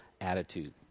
attitude